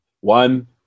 One